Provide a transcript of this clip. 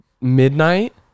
midnight